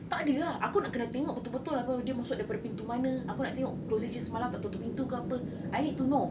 tak ada ah aku nak kena tengok betul-betul apa dia masuk daripada pintu mana aku nak tengok closing shift semalam tak tutup pintu ke apa I need to know